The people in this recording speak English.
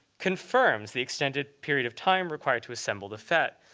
confirms the extended period of time required to assemble the fet,